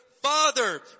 Father